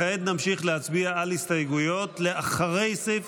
כעת נמשיך להצביע על הסתייגויות אחרי סעיף